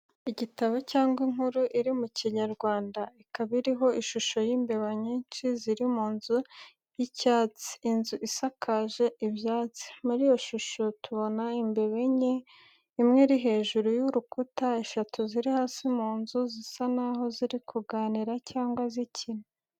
Igitabo cyangwa inkuru iri mu Kinyarwanda, ikaba iriho ishusho y’imbeba nyinshi ziri mu nzu y’icyatsi, inzu isakaje ibyatsi. Muri iyo shusho tubona imbeba enye: imwe iri hejuru y’urukuta, eshatu ziri hasi mu nzu. Zisa naho ziri kuganira cyangwa zikina.